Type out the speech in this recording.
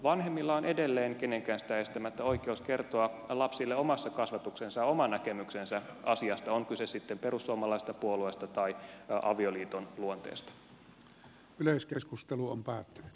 vanhemmilla on edelleen kenenkään sitä estämättä oikeus kertoa lapsille omassa kasvatuksessaan oma näkemyksensä asiasta on kyse sitten perussuomalaisesta puolueesta tai avioliiton luonteesta